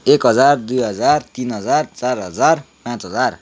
एक हजार दुई हजार तिन हजार चार हजार पाँच हजार